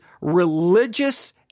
religious